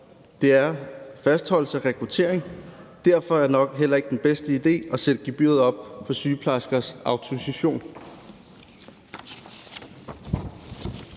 er fastholdelse og rekruttering. Derfor er det nok heller ikke den bedste idé at sætte gebyret op for sygeplejerskers autorisation.